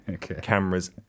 Cameras